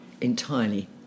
entirely